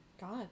God